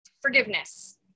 forgiveness